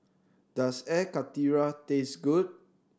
does Air Karthira taste good